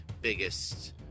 biggest